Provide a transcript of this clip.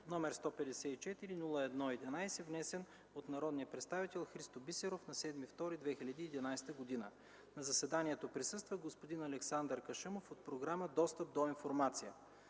№ 154-01-11, внесен от народния представител Христо Бисеров на 7 февруари 2011 г. На заседанието присъства господин Александър Кашъмов от Програма „Достъп до информация”.